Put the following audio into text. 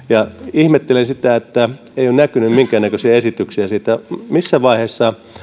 ihmettelen sitä että ei ole näkynyt minkään näköisiä esityksiä siitä missä vaiheessa on